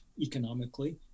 economically